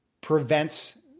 prevents